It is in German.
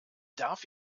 darf